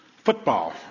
Football